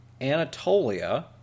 Anatolia